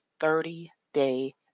30-day